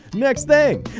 next thing.